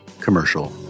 commercial